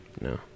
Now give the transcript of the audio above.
No